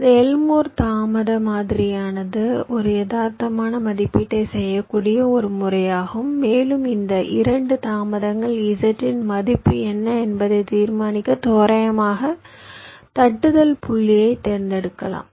இந்த எல்மோர் தாமத மாதிரியானது ஒரு யதார்த்தமான மதிப்பீட்டைச் செய்யக்கூடிய ஒரு முறையாகும் மேலும் இந்த 2 தாமதங்கள் z இன் மதிப்பு என்ன என்பதைத் தீர்மானிக்க தோராயமாக தட்டுதல் புள்ளியைத் தேர்ந்தெடுக்கலாம்